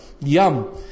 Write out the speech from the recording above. Yum